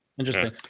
Interesting